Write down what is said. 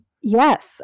Yes